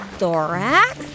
Thorax